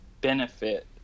benefit